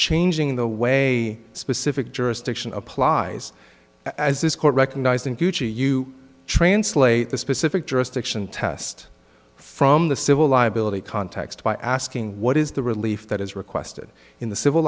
changing the way specific jurisdiction applies as this court recognized in future you translate the specific jurisdiction test from the civil liability context by asking what is the relief that is requested in the civil